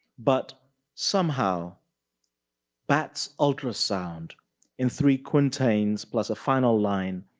but somehow bat's ultrasound in three quintains plus a final line,